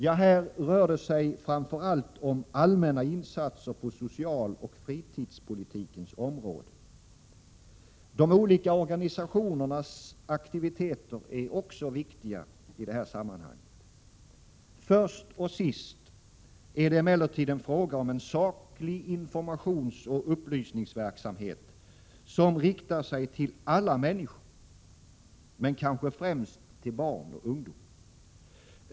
Ja, här rör det sig framför allt om allmänna insatser på socialoch fritidspolitikens område. De olika organisationernas aktiviteter är också viktiga i detta sammanhang. Först och sist är det emellertid en fråga om en saklig informationsoch upplysningsverksamhet, som riktar sig till alla människor men kanske främst till barn och ungdom.